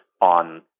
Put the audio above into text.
on